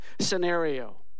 scenario